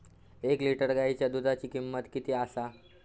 एक लिटर गायीच्या दुधाची किमंत किती आसा?